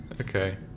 Okay